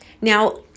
Now